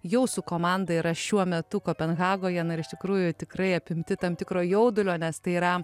jau su komanda yra šiuo metu kopenhagoje na ir iš tikrųjų tikrai apimti tam tikro jaudulio nes tai yra